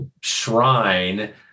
shrine